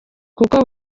kuko